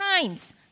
times